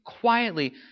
quietly